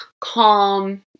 calm